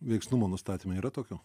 veiksnumo nustatymai yra tokių